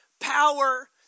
power